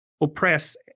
oppress